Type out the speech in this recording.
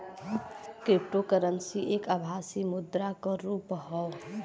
cryptocurrency एक आभासी मुद्रा क रुप हौ